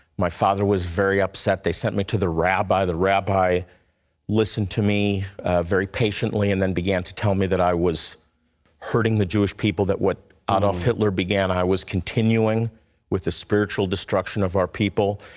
my father was very upset. they sent me to the rabbi. the rabbi listened to me very patiently and then began to tell me that i was hurting the jewish people that what adolph hitler began, i was continuing with the spiritual destruction of our people.